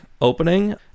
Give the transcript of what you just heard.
opening